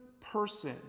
person